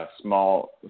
small